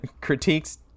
critiques